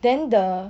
then the